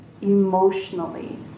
emotionally